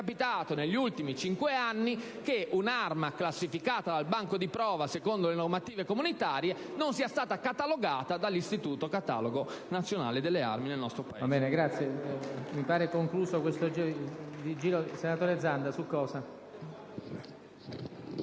capitato negli ultimi cinque anni che un'arma classificata dal banco di prova secondo le normative comunitarie non sia stata catalogata dall'istituto nazionale catalogo delle armi nel nostro Paese.